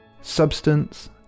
substance